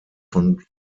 von